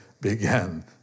began